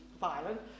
violent